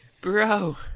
Bro